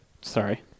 Sorry